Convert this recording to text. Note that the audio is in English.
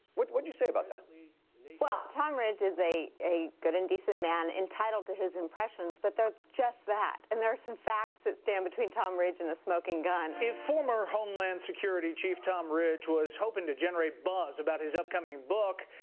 what what do you say about that? well, tom ridge is a a good and decent man entitled to his impressions but there're just that and there are some facts that stand between tom rich and the smoking gun. if former homeland security chief tom ridge was hoping to generate buzz about his upcoming book,